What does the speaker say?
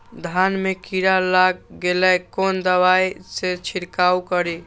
धान में कीरा लाग गेलेय कोन दवाई से छीरकाउ करी?